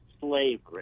slavery